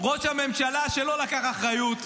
ראש הממשלה, שלא לקח אחריות,